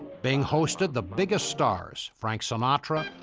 bing hosted the biggest stars, frank sinatra,